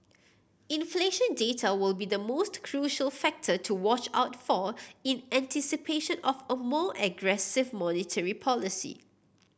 inflation data will be the most crucial factor to watch out for in anticipation of a more aggressive monetary policy